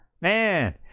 Man